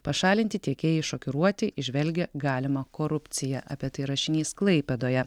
pašalinti tiekėjai šokiruoti įžvelgia galimą korupciją apie tai rašinys klaipėdoje